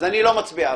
אז לא רוצה.